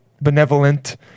Benevolent